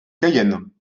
cayenne